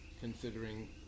considering